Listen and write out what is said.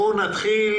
נתחיל